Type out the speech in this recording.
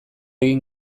egin